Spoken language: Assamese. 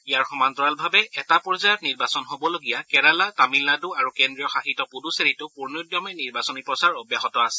ইয়াৰ সমান্তৰালভাৱে এটা পৰ্যায়ত নিৰ্বাচন হ'বলগীয়া কেৰালা তামিলনাডু আৰু কেন্দ্ৰীয় শাসিত পুডুচেৰীতো পূৰ্ণোদ্যমে নিৰ্বাচনী প্ৰচাৰ অব্যাহত আছে